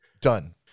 done